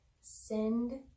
send